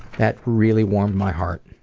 that really warmed my heart.